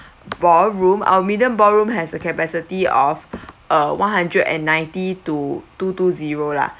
ballroom our middle ballroom has a capacity of uh one hundred and ninety two to two zero lah